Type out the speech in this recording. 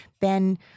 Ben